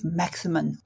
maximum